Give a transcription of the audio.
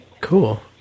Cool